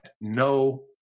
no